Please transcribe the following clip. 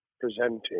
presenting